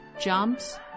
jumps